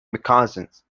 moccasins